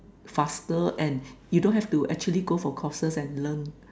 faster and you don't have to actually go for courses and learn